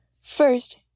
First